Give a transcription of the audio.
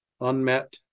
unmet